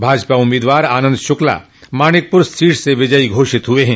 भाजपा उम्मीदवार आनन्द शुक्ला मानिकपुर सीट से विजयी घोषित हुए हैं